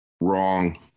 Wrong